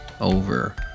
over